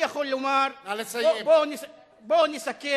אני יכול לומר, בואו נסכם,